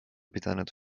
pidanud